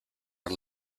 are